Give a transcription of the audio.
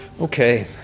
Okay